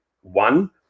One